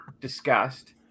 discussed